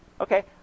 Okay